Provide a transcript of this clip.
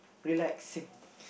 relaxing